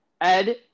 Ed